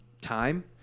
time